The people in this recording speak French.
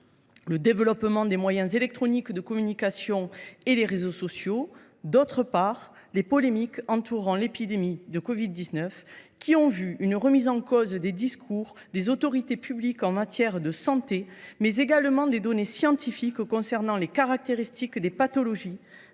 au développement des moyens électroniques de communication et des réseaux sociaux ; d’autre part, des polémiques ont éclaté autour de l’épidémie de covid 19, ce qui a provoqué une remise en cause du discours des autorités publiques en matière de santé, ainsi que des données scientifiques concernant les caractéristiques des pathologies,